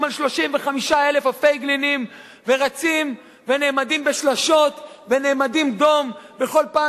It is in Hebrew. על 35,000 הפייגלינים ורצים ונעמדים בשלשות ונעמדים דום בכל פעם